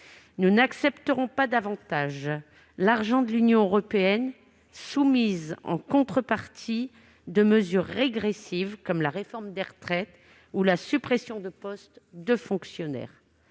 Nous n'accepterons pas davantage l'argent de l'Union européenne soumis, en contrepartie, à des mesures régressives comme la réforme des retraites ou la suppression de postes de fonctionnaires.